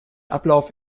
ablauf